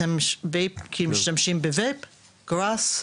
אם אתם משתמשים בגראס,